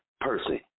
person